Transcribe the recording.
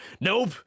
Nope